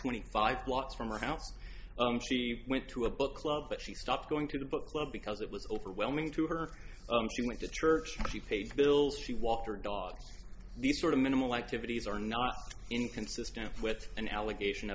twenty five watts from her house she went to a book club but she stopped going to book club because it was overwhelming to her she went to church she paid bills she walked her dog the sort of minimal activities are not inconsistent with an allegation